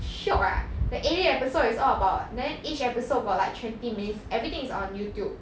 shiok ah the eighty episodes is all about then each episode about like twenty minutes everything is on youtube